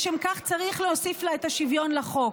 לשם כך צריך להוסיף את השוויון לחוק.